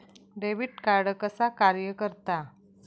Debit card कसा कार्य करता?